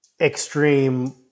extreme